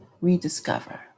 Rediscover